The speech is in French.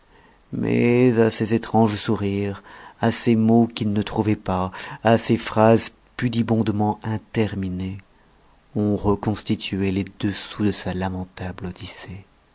mais à ses étranges sourires à ses mots qui ne trouvait pas à ses phrases pudibondement interminées on reconstituait les dessous de sa lamentable odyssée